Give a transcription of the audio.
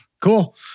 cool